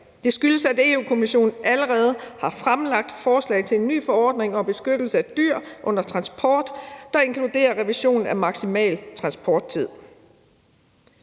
Det skyldes, at Europa-Kommissionen allerede har fremlagt forslag til en ny forordning om beskyttelse af dyr under transport, der inkluderer revision af maksimal transporttid.